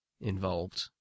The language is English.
involved